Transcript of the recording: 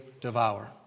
devour